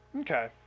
Okay